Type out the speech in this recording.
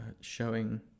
showing